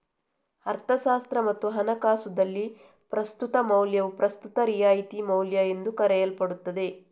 ಅರ್ಥಶಾಸ್ತ್ರ ಮತ್ತು ಹಣಕಾಸುದಲ್ಲಿ, ಪ್ರಸ್ತುತ ಮೌಲ್ಯವು ಪ್ರಸ್ತುತ ರಿಯಾಯಿತಿ ಮೌಲ್ಯಎಂದೂ ಕರೆಯಲ್ಪಡುತ್ತದೆ